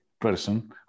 person